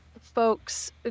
folks